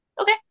Okay